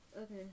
Okay